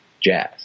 jazz